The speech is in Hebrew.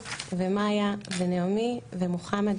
רות ומאיה ונעמי ומוחמד,